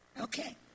Okay